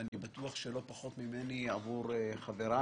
ואני בטוח שלא פחות ממני גם עבור חבריי,